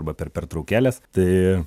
arba per pertraukėles tai